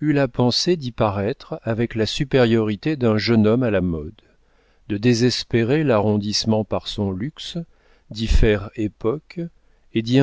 eut la pensée d'y paraître avec la supériorité d'un jeune homme à la mode de désespérer l'arrondissement par son luxe d'y faire époque et d'y